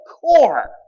core